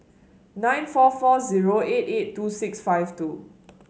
nine four four zero eight eight two six five two